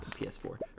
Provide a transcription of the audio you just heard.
PS4